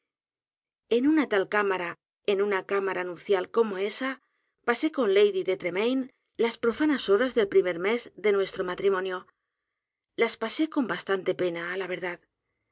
en una tal cámara en una cámara nupcial como esa pasé con lady d e t r e m a i n e las profanas horas del primer mes de nuestro matrimonio las pasé con bastante pena á la verdad